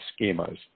schemas